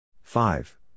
Five